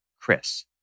Chris